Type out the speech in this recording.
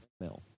Mill